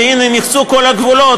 שהנה נחצו כל הגבולות,